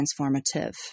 transformative